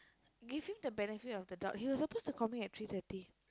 give him the benefit of the doubt he was supposed to call me at three thirty